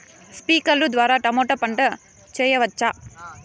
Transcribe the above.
స్ప్రింక్లర్లు ద్వారా టమోటా పంట చేయవచ్చా?